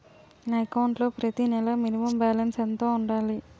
నా అకౌంట్ లో ప్రతి నెల మినిమం బాలన్స్ ఎంత ఉండాలి?